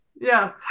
yes